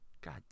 God